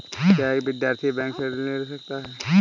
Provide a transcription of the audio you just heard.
क्या एक विद्यार्थी बैंक से ऋण ले सकता है?